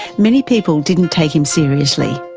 many people didn't take him seriously.